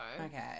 okay